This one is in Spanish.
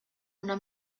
una